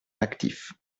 actif